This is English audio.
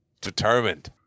determined